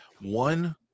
One